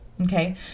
Okay